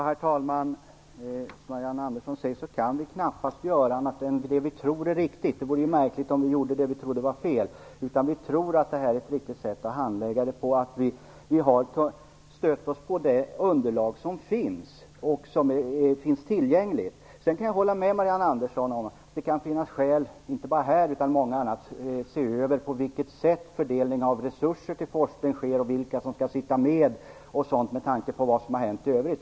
Herr talman! Marianne Andersson säger att vi knappast kan göra annat än det vi tror är riktigt. Det vore märkligt om vi gjorde det som vi trodde var fel. Vi tror att det här är ett riktigt sätt att handla. Vi har stött oss på det underlag som finns tillgängligt. Jag kan hålla med Marianne Andersson om att det kan finnas skäl, inte bara här utan i fråga om mycket annat, att se över på vilket sätt fördelningen av resurser till forskningen sker och vilka som skall bestämma - detta med tanke på vad som har hänt i övrigt.